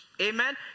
Amen